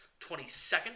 22nd